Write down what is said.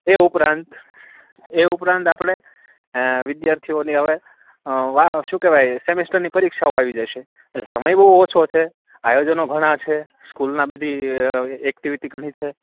એ ઉપરાંત એ ઉપરાંત આપણે વિદ્યાર્થીઓને હવે વ શું કેવાય સેમિસ્ટરની પરીક્ષાઓ આવી જશે છે સમય બહુ ઓછો છે આયોજનો ઘણાં છે સ્કૂલના બધી એક્ટિવિટી ઘણી છે